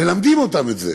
מלמדים אותם את זה,